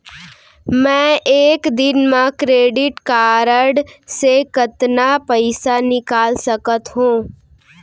मैं एक दिन म क्रेडिट कारड से कतना पइसा निकाल सकत हो?